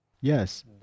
Yes